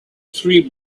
tree